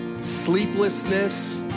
sleeplessness